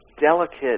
delicate